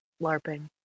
LARPing